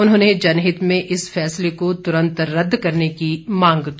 उन्होंने जनहित में इस फैसले को तुरंत रद्द करने की मांग की